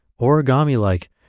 origami-like